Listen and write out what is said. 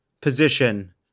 position